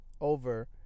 over